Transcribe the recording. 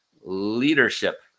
leadership